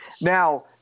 Now